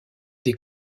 des